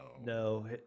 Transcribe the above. no